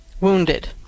wounded